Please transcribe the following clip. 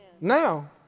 Now